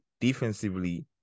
Defensively